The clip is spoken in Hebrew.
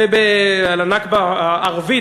הנכבה הערבית,